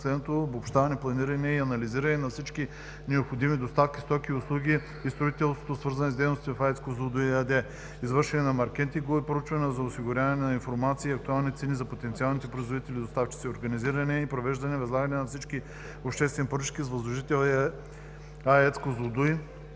следното: обобщаване, планиране и анализиране на всички необходими доставки, стоки, услуги и строителството, свързани с дейностите в АЕЦ „Козлодуй“ ЕАД. Извършване на маркетингови проучвания за осигуряване на информация и актуални цени за потенциалните производители и доставчици. Организиране, провеждане и възлагане на всички обществени поръчки с възложител АЕЦ